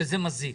שזה מזיק.